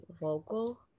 vocal